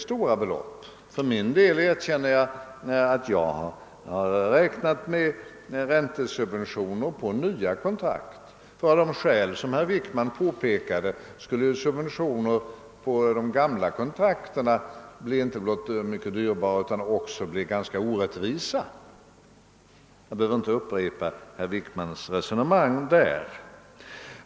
Jag erkänner att jag för min del bara har räknat med räntesubventioner på nya kontrakt. Av de skäl som herr Wickman utvecklade skulle subventioner på gamla kontrakt inte bara bli dyrare utan också ganska orättvisa — jag behöver inte upprepa herr Wickmans resonemang på den punkten.